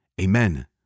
amen